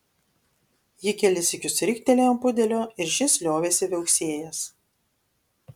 ji kelis sykius riktelėjo ant pudelio ir šis liovėsi viauksėjęs